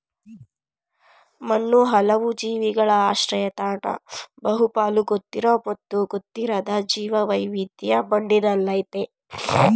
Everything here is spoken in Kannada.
ಮಣ್ಣು ಹಲವು ಜೀವಿಗಳ ಆಶ್ರಯತಾಣ ಬಹುಪಾಲು ಗೊತ್ತಿರೋ ಮತ್ತು ಗೊತ್ತಿರದ ಜೀವವೈವಿಧ್ಯ ಮಣ್ಣಿನಲ್ಲಯ್ತೆ